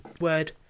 word